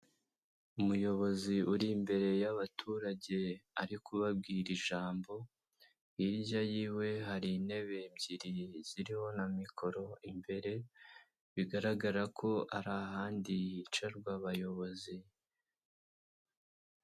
Umuyobozi uri imbere y'abaturage ari kubabwira ijambo, hirya yiwe hari intebe ebyiri ziriho na mikoro imbere, bigaragara ko hari ahandi hicarwa abayobozi.